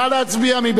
מי נגד?